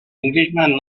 englishman